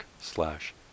slash